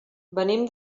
venim